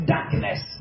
Darkness